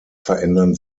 verändern